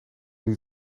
niet